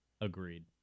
Agreed